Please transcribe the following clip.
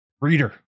Reader